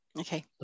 okay